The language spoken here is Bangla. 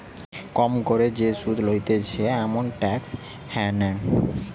কম করে যে সুধ লইতেছে এমন ট্যাক্স হ্যাভেন